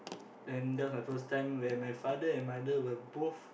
then that was my first time where my father and mother were both